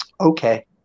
Okay